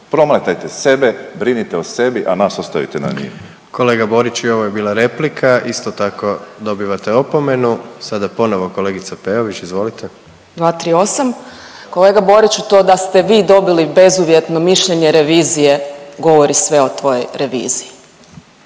Promatrajte sebe, brinite o sebi, a nas ostavite na miru. **Jandroković, Gordan (HDZ)** Kolega Boriću i ovo je bila replika, isto tako dobivate opomenu. Sada ponovo kolegica Peović izvolite. **Peović, Katarina (RF)** 238., kolega Boriću to da ste vi dobili bezuvjetno mišljenje revizije govori sve o toj reviziji.